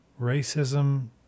racism